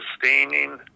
sustaining